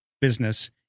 business